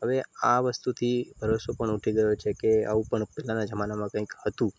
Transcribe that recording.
હવે આ વસ્તુથી ભરોસો પણ ઉઠી ગયો છે કે આવું પણ પોતાના જમાનામાં કંઈક હતું